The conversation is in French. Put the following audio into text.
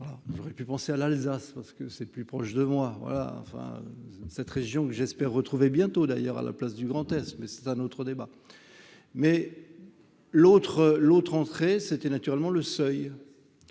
j'aurais pu penser à l'Alsace, parce que c'est plus proche de moi, enfin cette région que j'espère retrouver bientôt d'ailleurs à la place du Grand-Est, mais c'est un autre débat, mais l'autre, l'autre entrée c'était naturellement le seuil